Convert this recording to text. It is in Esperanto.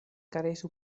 karesu